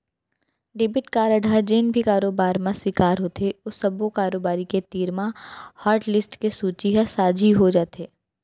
debit card ह जेन भी कारोबार म स्वीकार होथे ओ सब्बो कारोबारी के तीर म हाटलिस्ट के सूची ह साझी हो जाथे